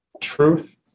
Truth